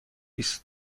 است